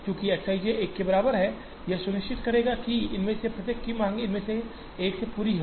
चूंकि X i j 1 के बराबर है यह सुनिश्चित करेगा कि इनमें से प्रत्येक की मांग इनमें से केवल एक से पूरी हुई है